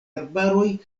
arbaroj